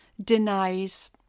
denies